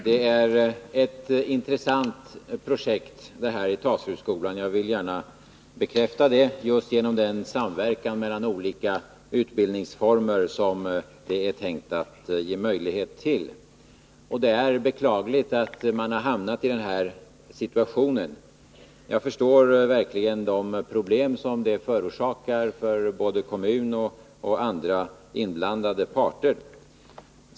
Herr talman! Projektet vid Taserudsskolan är intressant — jag vill gärna bekräfta det — just genom den samverkan mellan olika utbildningsformer som det är tänkt att ge möjlighet till. Det är därför beklagligt att man hamnat i den aktuella situationen. Jag förstår verkligen de problem som det förorsakar för både kommunen och andra inblandade parter.